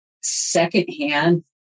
secondhand